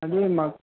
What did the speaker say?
అది మా